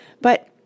but